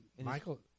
Michael –